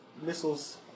Missiles